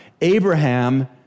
Abraham